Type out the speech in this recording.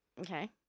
Okay